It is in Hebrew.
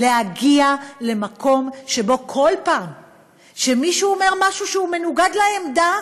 להגיע למקום שבו כל פעם שמישהו אומר משהו שהוא מנוגד לעמדה